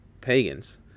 pagans